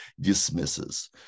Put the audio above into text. dismisses